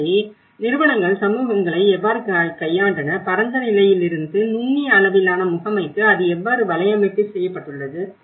எனவே நிறுவனங்கள் சமூகங்களை எவ்வாறு கையாண்டன பரந்த நிலையிலிருந்து நுண்ணிய அளவிலான முகமைக்கு அது எவ்வாறு வலையமைப்பு செய்யப்பட்டுள்ளது